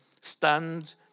stand